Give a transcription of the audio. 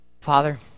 Father